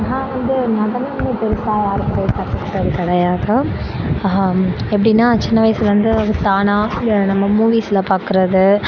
நான் வந்து நடனம்னு பெருசாக யார் கிட்டேயும் கற்றுக்கிட்டது கிடையாது ஆஹா எப்படின்னா சின்ன வயசுலேருந்து தானாக நம்ம மூவிஸ்சில் பார்க்கறது